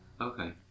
Okay